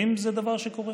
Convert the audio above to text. האם זה דבר שקורה?